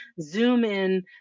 Zoom-in